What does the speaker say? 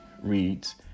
reads